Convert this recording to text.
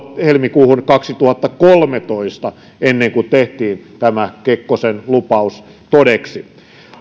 helmikuuhun kaksituhattakolmetoista ennen kuin tehtiin tämä kekkosen lupaus todeksi